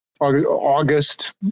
August